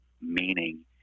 meaning